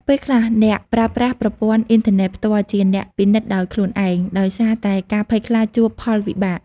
ពេលខ្លះ អ្នកប្រើប្រាស់ប្រព័ន្ធអុីនធើណេតផ្ទាល់ជាអ្នកពិនិត្យដោយខ្លួនឯង ដោយសារតែការភ័យខ្លាចជួបផលវិបាក។